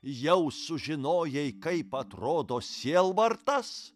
jau sužinojai kaip atrodo sielvartas